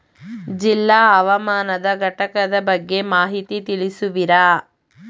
ಜಿಲ್ಲಾ ಹವಾಮಾನ ಘಟಕದ ಬಗ್ಗೆ ಮಾಹಿತಿ ತಿಳಿಸುವಿರಾ?